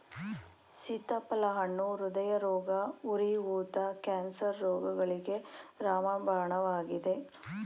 ಸೀತಾಫಲ ಹಣ್ಣು ಹೃದಯರೋಗ, ಉರಿ ಊತ, ಕ್ಯಾನ್ಸರ್ ರೋಗಗಳಿಗೆ ರಾಮಬಾಣವಾಗಿದೆ